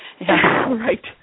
Right